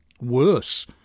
Worse